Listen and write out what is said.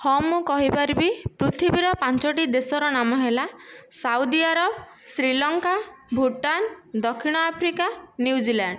ହଁ ମୁଁ କହିପାରିବି ପୃଥିବୀର ପାଞ୍ଚୋଟି ଦେଶର ନାମ ହେଲା ସାଉଦିଆରବ ଶ୍ରୀଲଙ୍କା ଭୁଟାନ ଦକ୍ଷିଣଆଫ୍ରିକା ନିୟୁଜିଲ୍ୟାଣ୍ଡ